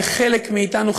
אבל לחלק מאתנו,